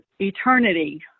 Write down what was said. eternity